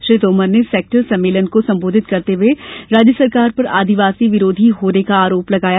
श्री तोमर ने सेक्टर सम्मेलन को संबोधित करते हुए राज्य सरकार पर आदिवासी विरोधी होने का आरोप लगाया